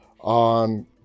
on